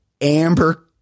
amber